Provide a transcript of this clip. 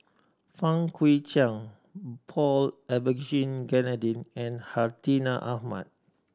Fang Guixiang Paul Abisheganaden and Hartinah Ahmad